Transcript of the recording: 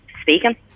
Speaking